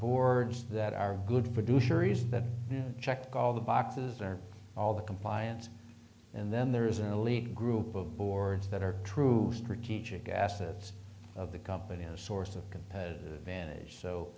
boards that are good producer is that in check all the boxes are all the compliance and then there is an elite group of boards that are true strategic assets of the company and a source of competitive advantage so